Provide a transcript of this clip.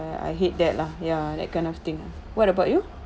uh I hate that lah ya that kind of thing what about you